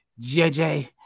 JJ